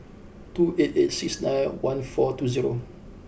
two eight eight six nine one four two zero